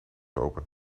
open